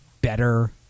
better